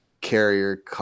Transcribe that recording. carrier